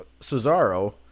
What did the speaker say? cesaro